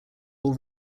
all